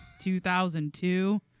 2002